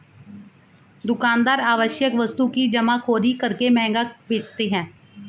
दुकानदार आवश्यक वस्तु की जमाखोरी करके महंगा बेचते है